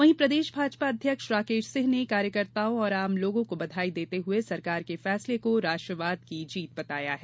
वहीं प्रदेश भाजपा अध्यक्ष राकेश सिंह ने कार्यकर्ताओं और आमलोगों को बधाई देते हुए सरकार के फैसले को राष्ट्रवाद की जीत बताया है